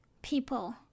people